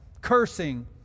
cursing